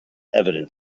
evident